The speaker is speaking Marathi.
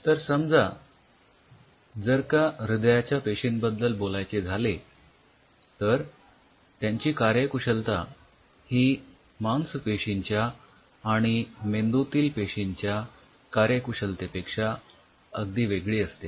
तर समजा जर का हृदयाच्या पेशींबद्दल बोलायचे झाले तर त्यांची कार्यकुशलता ही मांसपेशींच्या आणि मेंदूतील पेशींच्या कार्यकुशलतेपेक्षा अगदी वेगळी असते